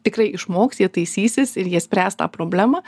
tikrai išmoks jie taisysis ir jie spręs tą problemą